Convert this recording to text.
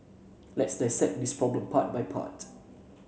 let's dissect this problem part by part